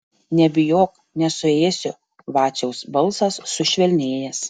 nebijok nesuėsiu vaciaus balsas sušvelnėjęs